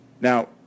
Now